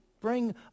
bring